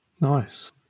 Nice